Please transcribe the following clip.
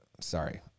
Sorry